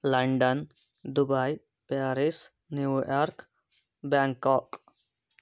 London Dubai Paris New York Bangkok